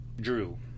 Drew